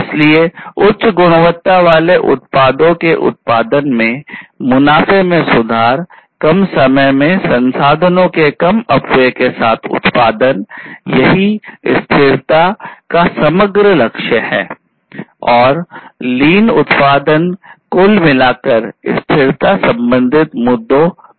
इसलिए उच्च गुणवत्ता वाले उत्पादों के उत्पादन में मुनाफे में सुधार कम समय में संसाधनों के कम अपव्यय के साथ उत्पादन यही स्थिरता उत्पादन कुल मिलाकर स्थिरता संबंधित मुद्दों में सहयोग करता है